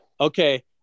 Okay